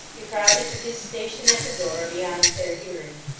he proudly took his station at the door, beyond their hearing.